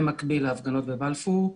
במקביל להפגנות בבלפור,